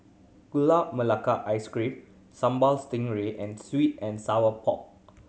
Gula Melaka Ice Cream Sambal Stingray and sweet and sour pork